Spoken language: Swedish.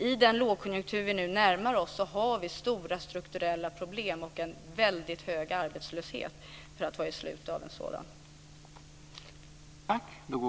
I den lågkonjunktur som vi nu närmar oss har vi stora strukturella problem, och vi har en väldigt hög arbetslöshet för att vara i slutet av en sådan här period.